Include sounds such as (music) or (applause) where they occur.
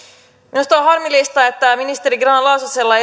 minusta on harmillista että ministeri grahn laasosella (unintelligible)